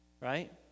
right